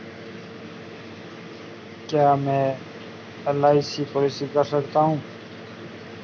क्या मैं LIC policy कर सकता हूं?